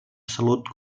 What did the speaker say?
salut